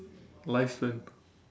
lifespan